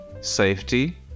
safety